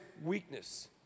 weakness